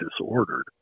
disordered